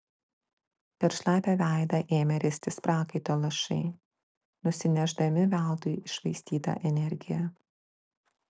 per šlapią veidą ėmė ristis prakaito lašai nusinešdami veltui iššvaistytą energiją